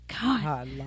God